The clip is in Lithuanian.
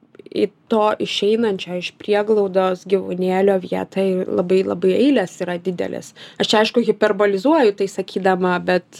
į to išeinančio iš prieglaudos gyvūnėlio vietą ir labai labai eilės yra didelės aš čia aišku hiperbolizuoju tai sakydama bet